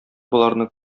боларны